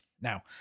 Now